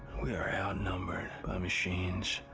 we are outnumbered by machines.